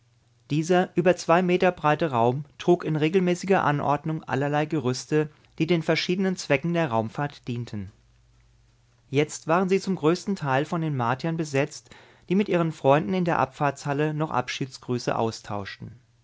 dieser über zwei meter breite raum trug in regelmäßiger anordnung allerlei gerüste die den verschiedenen zwecken der raumfahrt dienten jetzt waren sie zum größten teil von den martiern besetzt die mit ihren freunden in der abfahrtshalle noch abschiedsgrüße austauschten